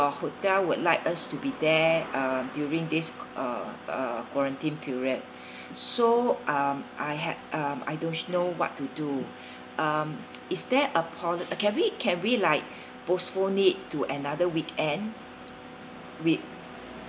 your hotel would like us to be there um during this uh uh quarantine period so um I had uh I don't know what to do um is there a po~ can we can we like postpone it to another weekend wit~